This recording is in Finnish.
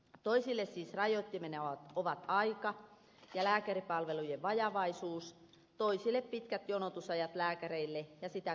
toisille siis rajoittimena ovat aika ja lääkäripalvelujen vajavaisuus toisille pitkät jonotusajat lääkäreille ja sitä kautta kuntoutukseen